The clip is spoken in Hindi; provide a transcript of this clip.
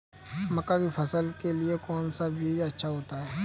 मक्का की फसल के लिए कौन सा बीज अच्छा होता है?